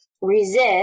resist